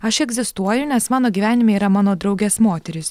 aš egzistuoju nes mano gyvenime yra mano draugės moterys